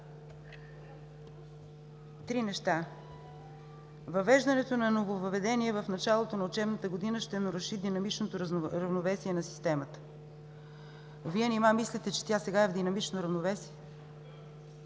три неща. Въвеждането на нововъведение в началото на учебната година ще наруши динамичното равновесие на системата. Вие нима мислите, че тя сега е в динамично равновесие?!